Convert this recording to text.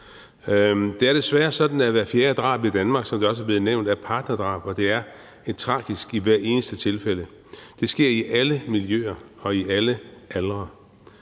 Det er desværre sådan, at hvert fjerde drab i Danmark er partnerdrab, og det er tragisk i hvert eneste tilfælde. Det sker i alle miljøer og i alle aldre.